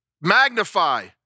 magnify